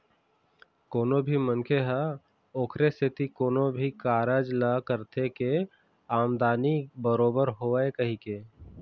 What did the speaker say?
कोनो भी मनखे ह ओखरे सेती कोनो भी कारज ल करथे के आमदानी बरोबर होवय कहिके